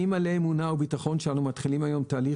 אני מלא אמונה וביטחון שאנו מתחילים היום תהליך